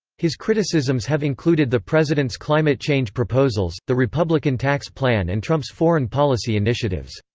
his criticisms have included the president's climate change proposals, the republican tax plan and trump's foreign policy initiatives.